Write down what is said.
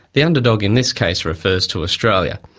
the underdog in this case refers to australia.